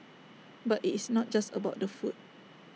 but IT is not just about the food